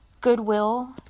Goodwill